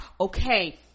Okay